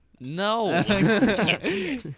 No